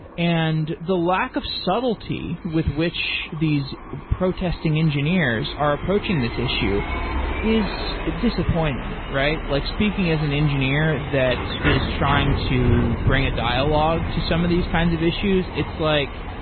and the lack of subtlety with which these protesting engineers are approaching this issue is disappointing, right? like speaking as an engineer that is trying to bring a dialogue to some of these kinds of issues, it's like,